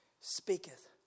speaketh